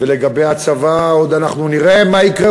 ולגבי הצבא עוד אנחנו נראה מה יקרה,